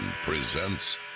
presents